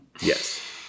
yes